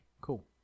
Cool